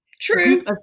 true